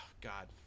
God